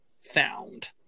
found